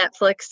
Netflix